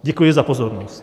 Děkuji za pozornost.